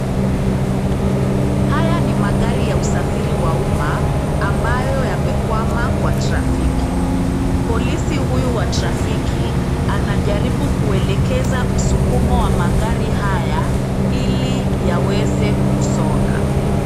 Haya ni magari ya usafiri wa umma ambayo yamekwama kwa trafiki. Polisi huyu wa trafiki, anajaribu kuelekeza msukumo wa magari haya ili yaweze kusonga.